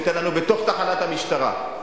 שייתן לנו בתוך תחנת המשטרה.